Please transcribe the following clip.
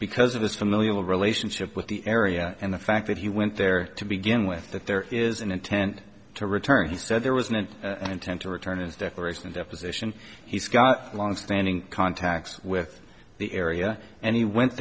because of this familial relationship with the area and the fact that he went there to begin with that there is an intent to return he said there was an intent to return as declaration a deposition he's got a long standing contacts with the area and he went